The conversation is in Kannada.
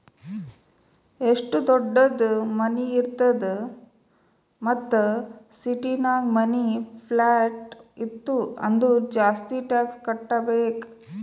ಎಷ್ಟು ದೊಡ್ಡುದ್ ಮನಿ ಇರ್ತದ್ ಮತ್ತ ಸಿಟಿನಾಗ್ ಮನಿ, ಪ್ಲಾಟ್ ಇತ್ತು ಅಂದುರ್ ಜಾಸ್ತಿ ಟ್ಯಾಕ್ಸ್ ಕಟ್ಟಬೇಕ್